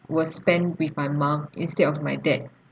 was spent with my mum instead of my dad